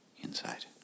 inside